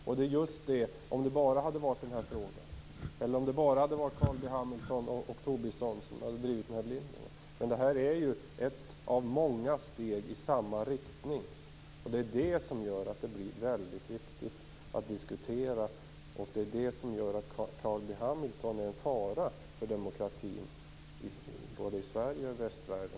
Om det bara hade varit denna fråga. Om det bara hade varit Carl B Hamilton och Tobisson som drivit den linjen. Detta är ett av många steg i samma riktning. Det är det som gör att det blir viktigt att diskutera. Det är det som gör att Carl B Hamilton är en fara för demokratin i Sverige och i västvärlden.